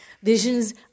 Vision's